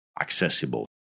accessible